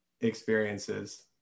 experiences